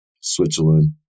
Switzerland